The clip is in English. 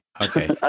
Okay